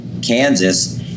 Kansas